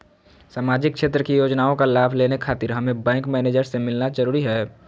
सामाजिक क्षेत्र की योजनाओं का लाभ लेने खातिर हमें बैंक मैनेजर से मिलना जरूरी है?